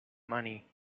money